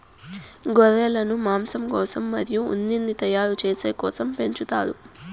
గొర్రెలను మాంసం కోసం మరియు ఉన్నిని తయారు చేసే కోసం పెంచుతారు